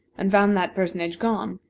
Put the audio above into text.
and found that personage gone,